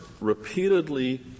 repeatedly